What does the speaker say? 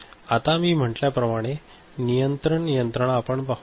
आता मी म्हटल्याप्रमाणे नियंत्रण यंत्रणा आपण पाहू